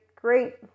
great